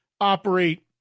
operate